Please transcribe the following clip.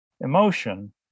emotion